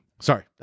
sorry